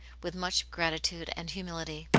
with much gratitude and humility.